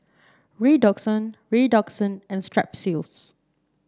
Redoxon Redoxon and Strepsils